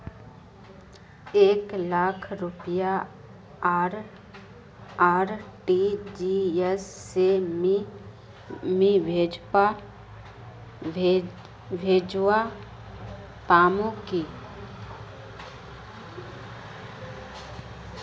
एक लाख रुपया आर.टी.जी.एस से मी भेजवा पामु की